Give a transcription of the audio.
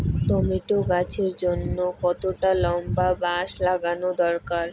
Tomato গাছের জন্যে কতটা লম্বা বাস লাগানো দরকার?